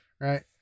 Right